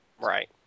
Right